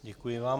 Děkuji vám.